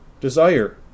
desire